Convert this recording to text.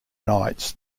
knights